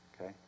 okay